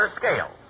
scale